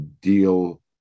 deal